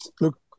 Look